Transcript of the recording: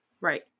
Right